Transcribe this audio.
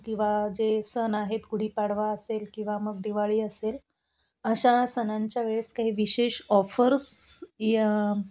किंवा जे सण आहेत गुढीपाडवा असेल किंवा मग दिवाळी असेल अशा सणांच्या वेळेस काही विशेष ऑफर्स या